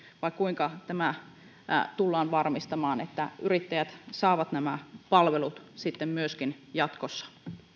vai kuinka tullaan varmistamaan että yrittäjät saavat nämä palvelut myöskin jatkossa